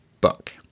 book